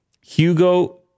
Hugo